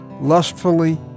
lustfully